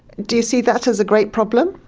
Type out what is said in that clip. do you see that as a great problem?